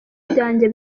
byanjye